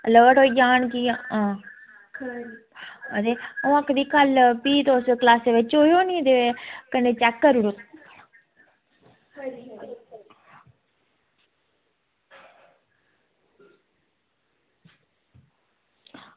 alert होई जान की आं ते अंऊ आक्खदी की आं तुस कल्ल क्लॉसै बिच आयो ते कन्नै चैक करी ओड़ेओ